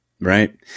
Right